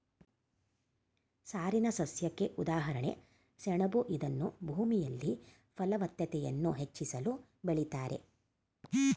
ನಾರಿನಸಸ್ಯಕ್ಕೆ ಉದಾಹರಣೆ ಸೆಣಬು ಇದನ್ನೂ ಭೂಮಿಯಲ್ಲಿ ಫಲವತ್ತತೆಯನ್ನು ಹೆಚ್ಚಿಸಲು ಬೆಳಿತಾರೆ